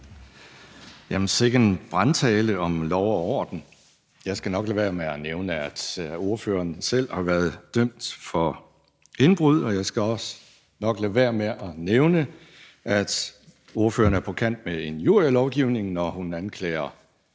Ahrendtsen (DF): Sikke en brandtale om lov og orden. Jeg skal nok lade være med at nævne, at ordføreren selv har været dømt for indbrud, og jeg skal også nok lade være med at nævne, at ordføreren er på kant med injurielovgivningen, når hun anklager